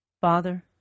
Father